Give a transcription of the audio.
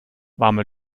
warme